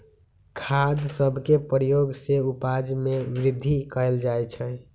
खाद सभके प्रयोग से उपजा में वृद्धि कएल जाइ छइ